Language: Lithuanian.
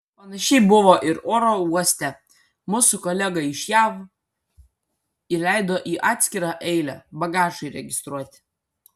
panašiai buvo ir oro uoste mus su kolega iš jav įleido į atskirą eilę bagažui registruoti